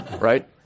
right